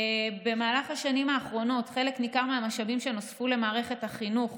במהלך השנים האחרונות חלק ניכר מהמשאבים שנוספו למערכת החינוך